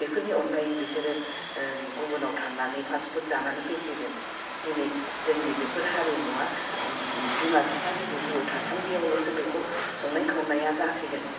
बेफोरनि अनगायै बिसोरो गुबुनाव थांनानै फास्ट फुड जानानै फैसिगोन दिनै जोंनि बेफोर हारिमुवा बिमा बिफा बिबै बिबौ थासान्दियावल'सो बेखौ संनाय खावनाया जासिगोन